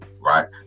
right